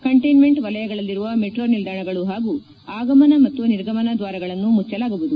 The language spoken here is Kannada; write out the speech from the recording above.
ಕಂಟೈನ್ಮೆಂಟ್ ವೆಲಯಗಳಲ್ಲಿರುವ ಮೆಟ್ರೋ ನಿಲ್ದಾಣಗಳು ಹಾಗೂ ಆಗಮನ ಮತ್ತು ನಿರ್ಗಮನ ದ್ಲಾರಗಳನ್ನು ಮುಚ್ಚಲಾಗುವುದು